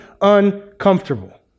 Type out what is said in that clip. uncomfortable